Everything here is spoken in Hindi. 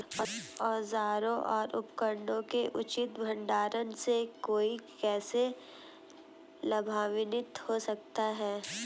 औजारों और उपकरणों के उचित भंडारण से कोई कैसे लाभान्वित हो सकता है?